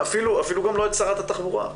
אפילו גם לא את שרת התחבורה,